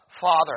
Father